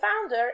founder